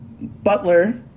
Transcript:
Butler